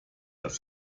das